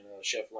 Chef